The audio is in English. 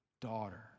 daughter